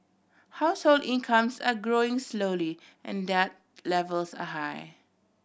household incomes are growing slowly and debt levels are high